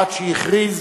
עד שהכריז,